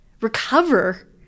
recover